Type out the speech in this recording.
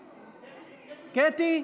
קטי,